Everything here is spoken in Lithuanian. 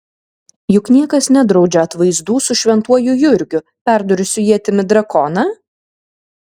juk niekas nedraudžia atvaizdų su šventuoju jurgiu perdūrusiu ietimi drakoną